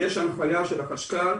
יש הנחיה של החשכ"ל